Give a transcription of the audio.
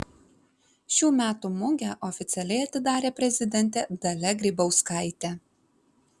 šių metų mugę oficialiai atidarė prezidentė dalia grybauskaitė